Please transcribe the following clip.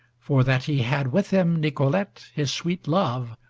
for that he had with him nicolete his sweet love,